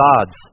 gods